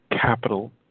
capital